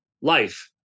life